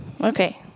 okay